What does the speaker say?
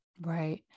Right